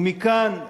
ומכאן,